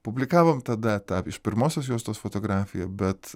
publikavom tada tą iš pirmosios juostos fotografiją bet